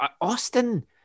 Austin